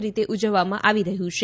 રીતે ઉજવવામાં આવી રહ્યું છે